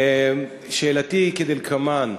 שאלתי היא כדלקמן: